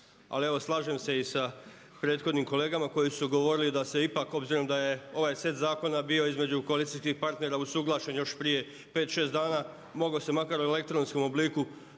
slažem se i sa prethodnim kolegama koji su govorili da se ipak obzirom da je ovaj set zakona bio između koalicijskih partnera usuglašen još prije 5, 6 dana mogao se makar u elektronskom obliku